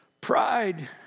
Pride